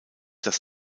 das